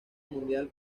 mundial